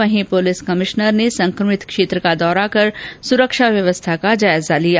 वहीं police commissioner ने संक्रमित क्षेत्र का दौरा कर सुरक्षा व्यवस्था का जायजा लिया